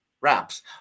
wraps